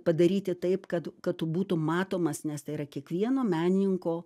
padaryti taip kad kad tu būtum matomas nes tai yra kiekvieno menininko